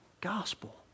gospel